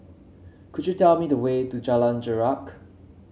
could you tell me the way to Jalan Jarak